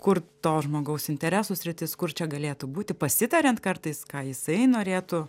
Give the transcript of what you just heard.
kur to žmogaus interesų sritis kur čia galėtų būti pasitariant kartais ką jisai norėtų